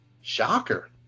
Shocker